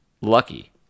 lucky